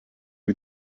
you